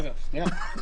רגע, שנייה.